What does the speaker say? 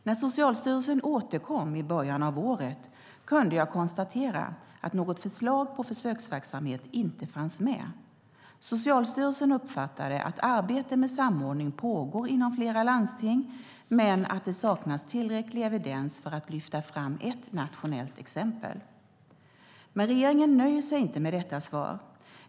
När Socialstyrelsen återkom i början av året kunde jag konstatera att något förslag på försöksverksamhet inte fanns med. Socialstyrelsen uppfattade att arbete med samordning pågår inom flera landsting men att det saknas tillräcklig evidens för att lyfta fram ett nationellt exempel. Men regeringen nöjer sig inte med detta svar.